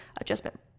adjustment